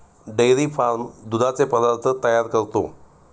dairy farm दुधाचे पदार्थ तयार करतो